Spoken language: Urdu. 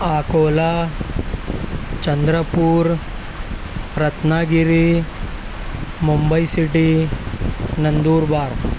Akola Chandrapur Ratnagiri Mumbai city Nandurbar